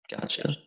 gotcha